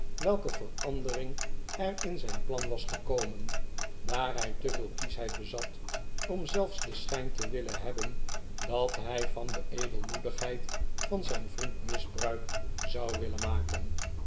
welke verandering er in zijn plan was gekomen daar hij te veel kieschheid bezat om zelfs den schijn te willen hebben dat hij van de edelmoedigheid van zijn vriend misbruik zou willen maken